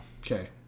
Okay